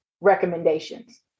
recommendations